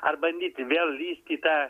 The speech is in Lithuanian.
ar bandyti vėl lįsti į tą